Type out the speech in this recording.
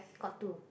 got two